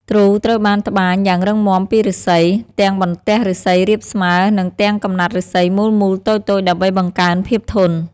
ទ្រូត្រូវបានត្បាញយ៉ាងរឹងមាំពីឫស្សី ទាំងបន្ទះឫស្សីរាបស្មើ និងទាំងកំណាត់ឫស្សីមូលៗតូចៗ ដើម្បីបង្កើនភាពធន់។